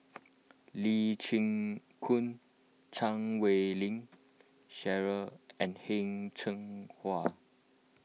Lee Chin Koon Chan Wei Ling Cheryl and Heng Cheng Hwa